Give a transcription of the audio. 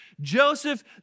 Joseph